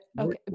okay